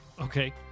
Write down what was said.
Okay